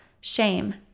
Shame